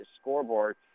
scoreboard